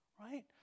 right